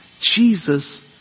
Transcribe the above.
Jesus